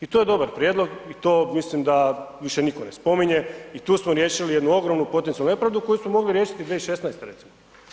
I to je dobar prijedlog i to mislim da više nitko ne spominje i tu smo riješili jednu ogromnu potencijalnu nepravdu koju smo mogli riješiti 2016. recimo.